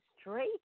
straight